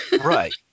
Right